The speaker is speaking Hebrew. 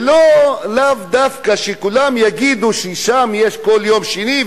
ולאו דווקא שכולם יגידו ששם יש כל יום שני,